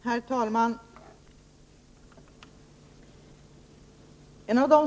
Herr talman!